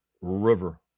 River